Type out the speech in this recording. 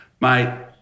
mate